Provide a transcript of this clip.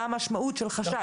מה המשמעות של חשד.